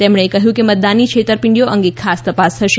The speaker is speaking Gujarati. તેમણે કહ્યું કે મતદાનની છેતરપિંડીઓ અંગે ખાસ તપાસ થશે